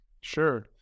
Sure